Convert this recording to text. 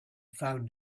found